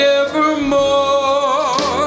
evermore